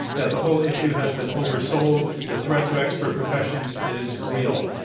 that the whole issue has been oversold. the threat to expert professions is real,